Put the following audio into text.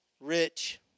Rich